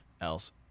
else